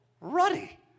Ruddy